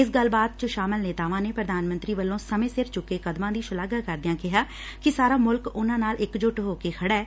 ਇਸ ਗੱਲਬਾਤ ਚ ਸ਼ਾਮਲ ਨੇਤਾਵਾਂ ਨੇ ਪ੍ਰਧਾਨ ਮੰਤਰੀ ਵੱਲੋਂ ਸਮੇਂ ਸਿਰ ਚੁੱਕੇ ਕਦਮਾਂ ਦੀ ਸ਼ਲਾਘਾ ਕਰਦਿਆਂ ਕਿਹਾ ਕਿ ਸਾਰਾ ਮੁਲਕ ਉਨ੍ਹਾਂ ਨਾਲ ਇਕਜੱਟ ਖੜਾ ਐ